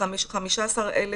15,000